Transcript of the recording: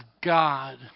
God